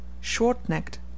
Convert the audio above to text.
short-necked